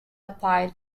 applied